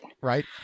right